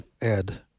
Ed